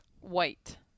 White